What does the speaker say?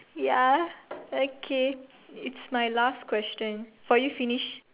ya okay it's my last question for you finish